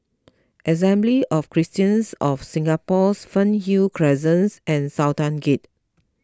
Assembly of Christians of Singapore Fernhill Crescent and Sultan Gate